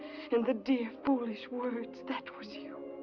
and the dear foolish words, that was you!